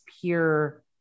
pure